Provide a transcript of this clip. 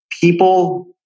people